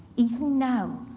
even now.